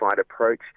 approach